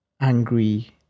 angry